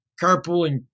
carpooling